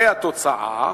והתוצאה,